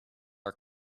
are